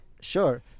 Sure